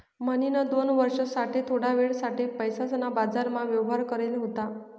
म्हणी दोन वर्ष साठे थोडा वेळ साठे पैसासना बाजारमा व्यवहार करेल होता